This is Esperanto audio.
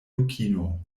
dukino